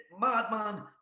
madman